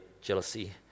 jealousy